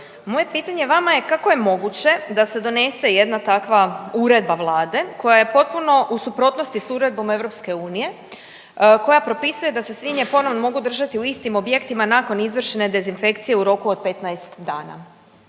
Moje pitanje vama je kako je moguće da se donese jedna takva uredba Vlade koja je potpuno u suprotnosti s uredbom EU koja propisuje da se svinje ponovno mogu držati u istim objektima nakon izvršene dezinfekcije u roku od 15 dana.